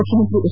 ಮುಖ್ಯಮಂತ್ರಿ ಎಚ್